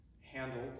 handled